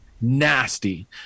nasty